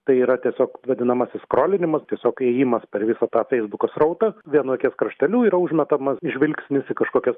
tai yra tiesiog vadinamasis skrolinimas tiesiog ėjimas per visą tą feisbuko srautą vienu akies krašteliu yra užmetamas žvilgsnis į kažkokias